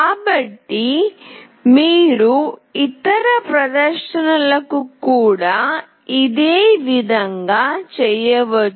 కాబట్టి మీరు ఇతర ప్రదర్శనలకు కూడా ఇదే విధంగా చేయవచ్చు